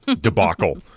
debacle